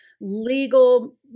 legal